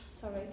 sorry